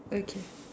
okay